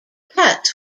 katz